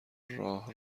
راه